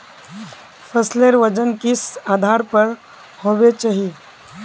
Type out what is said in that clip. फसलेर वजन किस आधार पर होबे चही?